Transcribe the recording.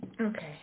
Okay